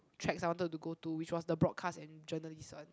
tracks I wanted to go to which was the broadcast and journalist one